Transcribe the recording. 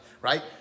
right